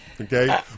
okay